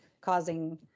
causing